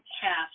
cash